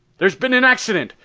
there's been an accident!